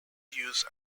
use